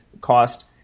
cost